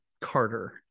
Carter